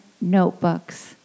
notebooks